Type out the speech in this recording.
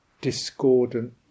discordant